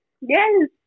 Yes